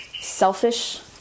selfish